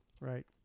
Right